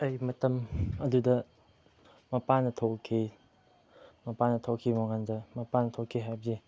ꯑꯩ ꯃꯇꯝ ꯑꯗꯨꯗ ꯃꯄꯥꯟꯗ ꯊꯣꯛꯂꯛꯈꯤ ꯃꯄꯥꯟꯗ ꯊꯣꯛꯈꯤꯕꯀꯥꯟꯗ ꯃꯄꯥꯟꯗ ꯊꯣꯛꯈꯤ ꯍꯥꯏꯕꯁꯦ